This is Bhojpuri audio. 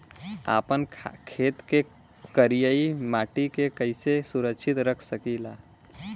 आपन खेत के करियाई माटी के कइसे सुरक्षित रख सकी ला?